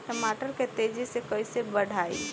टमाटर के तेजी से कइसे बढ़ाई?